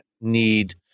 need